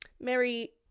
Mary